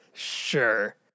Sure